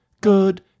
good